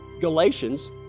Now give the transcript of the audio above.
Galatians